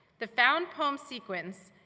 the found poem sequence,